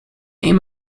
aim